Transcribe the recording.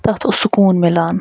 تتھ اوس سُکون مِلان